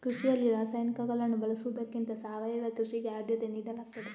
ಕೃಷಿಯಲ್ಲಿ ರಾಸಾಯನಿಕಗಳನ್ನು ಬಳಸುವುದಕ್ಕಿಂತ ಸಾವಯವ ಕೃಷಿಗೆ ಆದ್ಯತೆ ನೀಡಲಾಗ್ತದೆ